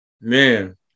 man